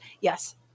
yes